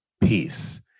peace